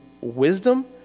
wisdom